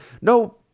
No